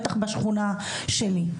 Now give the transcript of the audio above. בטח בשכונה שלי.